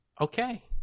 okay